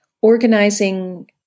organizing